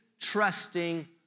trusting